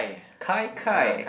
Kai Kai